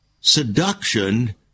Seduction